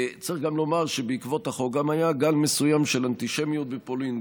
צריך גם לומר שבעקבות החוק היה גל מסוים של אנטישמיות בפולין,